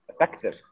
effective